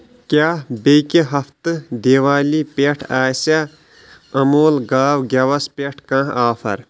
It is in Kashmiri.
کیٛاہ بیٚکہِ ہفتہٕ دِوالی پٮ۪ٹھ آسیا اموٗل گاو گٮ۪وس پٮ۪ٹھ کانٛہہ آفر ؟